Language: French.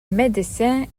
médecine